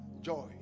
joy